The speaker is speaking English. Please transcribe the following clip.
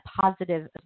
positive